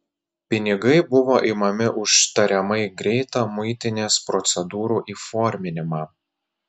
pinigai buvo imami už tariamai greitą muitinės procedūrų įforminimą